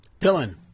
Dylan